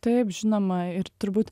taip žinoma ir turbūt